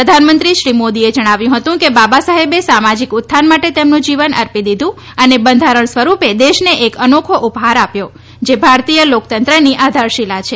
પ્રધાનમંત્રી શ્રી મોદીએ જણાવ્યું હતું કે બાબા સાહેબે સામાજીક ઉત્થાન માટે તેમનું જીવન અર્પી દીધુ અને બંધારણ સ્વરૂપે દેશને એક અનોખો ઉપહાર આપ્યો જે ભારતીય લોકતંત્રની આધારશીલા છે